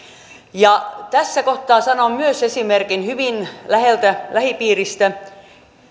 tässä kohtaa sanon myös esimerkin hyvin läheltä lähipiiristä